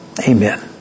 Amen